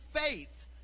faith